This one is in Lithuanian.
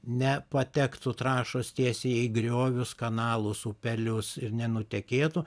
nepatektų trąšos tiesiai į griovius kanalus upelius ir nenutekėtų